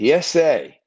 PSA